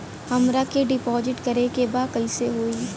हमरा के डिपाजिट करे के बा कईसे होई?